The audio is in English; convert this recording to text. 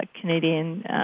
Canadian